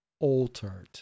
altered